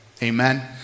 Amen